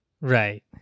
right